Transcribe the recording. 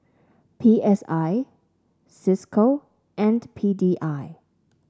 P S I Cisco and P D I